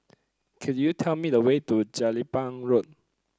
could you tell me the way to Jelapang Road